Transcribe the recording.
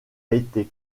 été